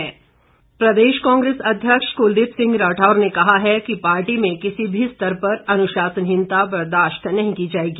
राठौर प्रदेश कांग्रेस अध्यक्ष कुलदीप सिंह राठौर ने कहा है कि पार्टी में किसी भी स्तर पर अनुशासनहीनता बर्दाश्त नही की जाएगी